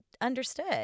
understood